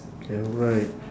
K right